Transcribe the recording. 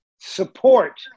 support